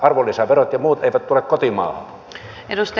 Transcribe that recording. arvonlisäverot ja muut eivät tule kotimaahan